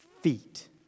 feet